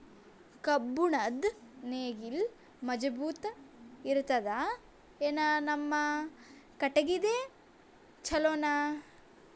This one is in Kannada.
ಕಬ್ಬುಣದ್ ನೇಗಿಲ್ ಮಜಬೂತ ಇರತದಾ, ಏನ ನಮ್ಮ ಕಟಗಿದೇ ಚಲೋನಾ?